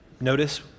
Notice